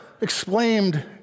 exclaimed